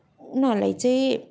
उनीहरूलाई चाहिँ